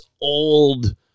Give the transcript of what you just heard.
old